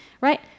right